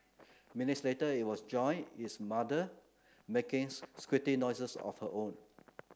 minutes later it was joined its mother making squeaky noises of her own